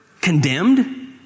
condemned